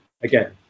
Again